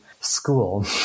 school